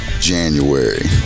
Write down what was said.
January